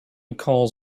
calls